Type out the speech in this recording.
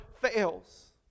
fails